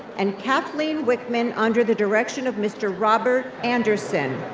and kathleen wickman, under the direction of mr. robert anderson.